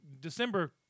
December